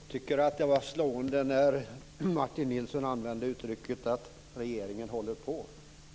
Herr talman! Jag tycker att det var slående när Martin Nilsson sade att regeringen "håller på"